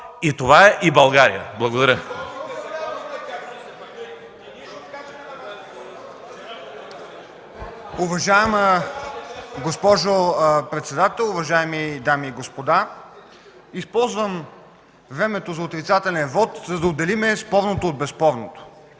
това е и България. Благодаря.